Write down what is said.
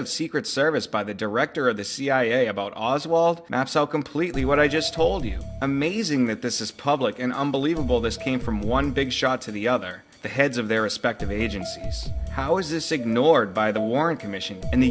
of secret service by the director of the cia about oswald completely what i just told you amazing that this is public and unbelievable this came from one big shot to the other the heads of their respective agents how is this ignored by the warren commission and the